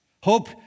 Hope